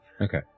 Okay